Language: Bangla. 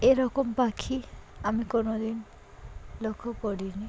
এরকম পাখি আমি কোনো দিন লক্ষ্য করিনি